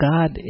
God